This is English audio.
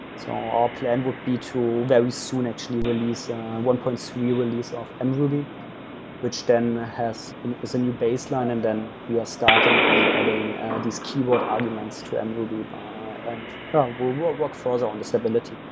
so our plan would be to very soon actually release one point so three release of and mruby which then has and has a new baseline and then we are starting on adding these keyword arguments to mruby. but and we'll we'll work further on this ability.